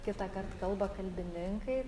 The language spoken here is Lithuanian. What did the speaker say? kitąkart kalba kalbininkai